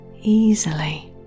easily